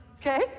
okay